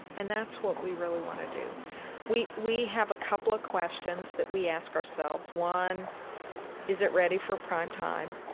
and that's what we really want to do we we have a couple of questions that we ask ourselves. one is it ready for primetime?